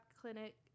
clinic